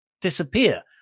disappear